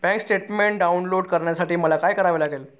Bank statement download करण्यासाठी मला काय करावे लागेल?